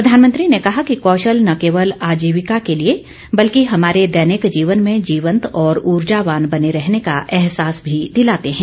प्रधानमंत्री ने कहा कि कौशल न केवल आजीविका के लिए बल्कि हमारे दैनिक जीवन में जीवंत और ऊर्जावान बने रहने का एहसास भी दिलाते हैं